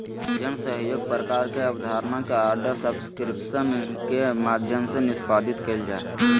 जन सहइोग प्रकार के अबधारणा के आर्डर सब्सक्रिप्शन के माध्यम से निष्पादित कइल जा हइ